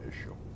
issue